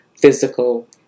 physical